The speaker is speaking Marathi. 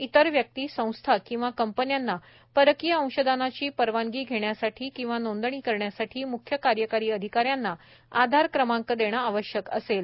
इतर व्यक्ती संस्था किंवा कंपन्यांना परकीय अंशदानाची परवानगी घेण्यासाठी किंवा नोंदणी करण्यासाठी मुख्य कार्यकारी अधिकाऱ्यांना आधार क्रमांक देणं आवश्यक असेल